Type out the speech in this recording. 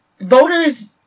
Voters